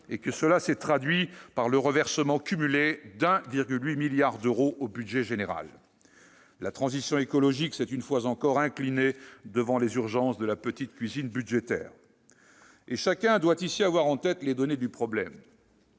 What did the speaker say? -, ce qui s'est traduit par le reversement cumulé de 1,8 milliard d'euros au budget général. La transition écologique s'est, une fois encore, inclinée devant les urgences de la petite cuisine budgétaire ! Chacun doit ici avoir en tête les données du problème.